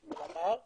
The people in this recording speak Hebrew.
אני מדבר על הגז,